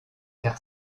car